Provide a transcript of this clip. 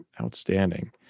Outstanding